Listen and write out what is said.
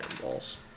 balls